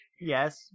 Yes